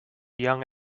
young